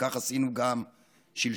וכך עשינו גם שלשום.